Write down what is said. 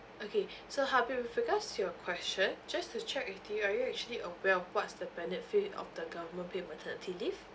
okay so habib with regards to your question just to check with you are you actually aware of what's the benefit of the government paid maternity leave